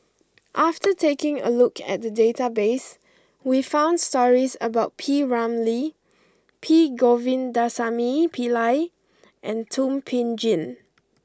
after taking a look at the database we found stories about P Ramlee P Govindasamy Pillai and Thum Ping Tjin